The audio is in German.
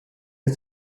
ist